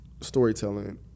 storytelling